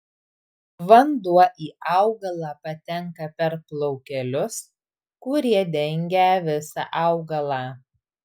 vanduo į augalą patenka per plaukelius kurie dengia visą augalą